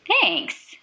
Thanks